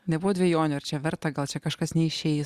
nebuvo dvejonių ar čia verta gal čia kažkas neišeis